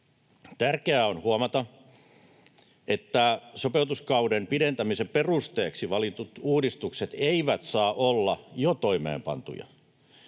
Tärkeää on huomata, että sopeutuskauden pidentämisen perusteeksi valitut uudistukset eivät saa olla jo toimeenpantuja.